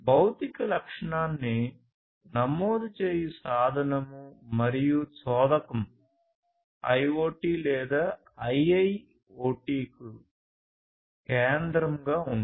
భౌతిక లక్షణాన్ని నమోదు చేయు సాధనము IoT లేదా IIoT కు కేంద్రంగా ఉంటాయి